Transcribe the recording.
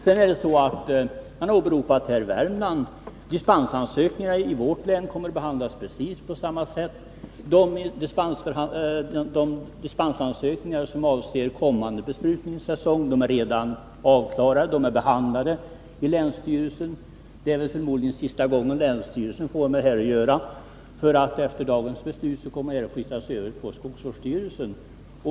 Man har åberopat Värmland. Dispensansökningar i vårt län kommer att behandlas på precis samma sätt. De dispensansökningar som avser den kommande besprutningssäsongen är redan avklarade och beslutade i länsstyrelsen. Det är förmodligen sista gången länsstyrelsen får med detta att göra, för efter dagens beslut kommer ärendena att flyttas över till skogsvårdsstyrelsen.